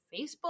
Facebook